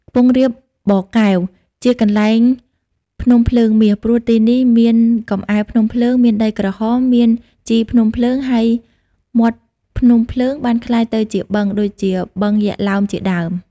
ខ្ពង់រាបបរកែវ ជាកន្លែងភ្នំភ្លើងមាស ព្រោះទីនេះ មានកំអែភ្នំភ្លើង មានដីក្រហម មានជីភ្នំភ្លើង ហើយមាត់ភ្នំភ្លើងបានក្លាយទៅជាបឹង ដូចជាបឹង យក្សឡោម ជាដើម ។